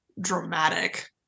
dramatic